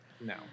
No